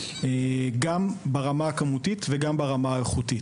גם ברמה הכמותית וגם ברמה האיכותית.